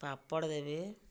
ପାପଡ଼୍ ଦେବେ